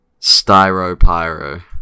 StyroPyro